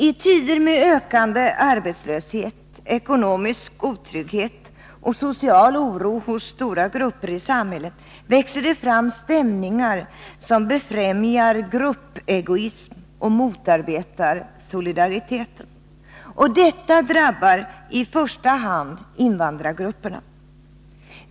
I tider med ökande arbetslöshet, ekonomisk otrygghet och social oro hos stora grupper i samhället växer det fram stämningar som befrämjar gruppegoism och motarbetar solidariteten. Detta drabbar i första hand invandrargrupperna.